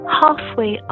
halfway